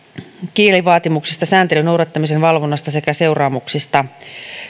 kielivaatimuksista sääntelyn noudattamisen valvonnasta sekä seuraamuksista